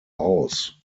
aus